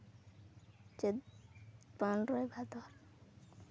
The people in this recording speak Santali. ᱪᱟᱹᱛ ᱯᱚᱱᱨᱚᱭ ᱵᱷᱟᱫᱚᱨ